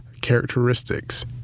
characteristics